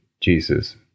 Jesus